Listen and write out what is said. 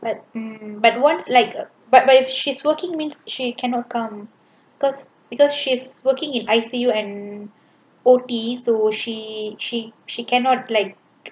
but once like a but but if she's working means she cannot come because because she's working in I_C_U and O_T so she she she cannot like